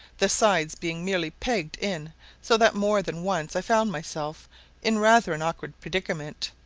the sides being merely pegged in so that more than once i found myself in rather an awkward predicament,